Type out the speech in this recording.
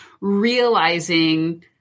realizing